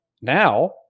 now